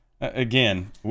Again